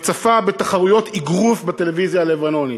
וצפה בתחרויות אגרוף בטלוויזיה הלבנונית.